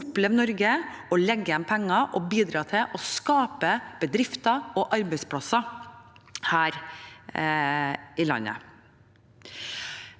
oppleve Norge, og som legger igjen penger og bidrar til å skape bedrifter og arbeidsplasser her i landet.